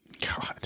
God